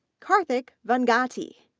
karthik vangati,